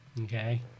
Okay